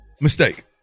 Mistake